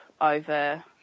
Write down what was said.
over